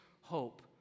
hope